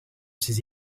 ces